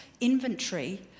inventory